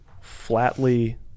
flatly